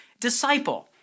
disciple